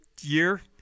year